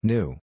New